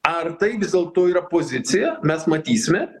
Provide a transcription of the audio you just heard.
ar tai vis dėlto yra pozicija mes matysime